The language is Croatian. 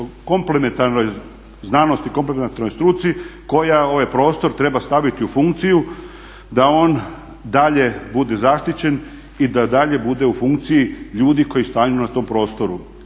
komplementarnoj znanosti, komplementarnoj struci koja ovaj prostor treba staviti u funkciju da on dalje bude zaštićen i da dalje bude u funkciji ljudi koji stanuju na tom prostoru.